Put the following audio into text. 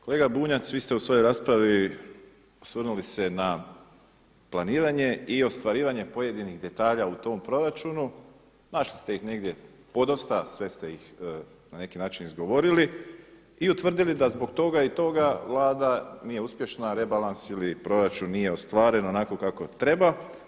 Kolega Bunjac vi ste u svojoj raspravi osvrnuli se na planiranje i ostvarivanje pojedinih detalja u tom proračunu, našli ste ih negdje podosta, sve ste ih na neki način izgovorili i utvrdili da zbog toga i toga Vlada nije uspješna, rebalans ili proračun nije ostvaren onako kako treba.